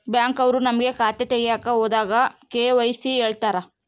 Bank ಅವ್ರು ನಮ್ಗೆ ಖಾತೆ ತಗಿಯಕ್ ಹೋದಾಗ ಕೆ.ವೈ.ಸಿ ಕೇಳ್ತಾರಾ?